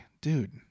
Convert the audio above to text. dude